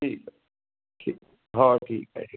ठीक ठीक हो ठीक आ आहे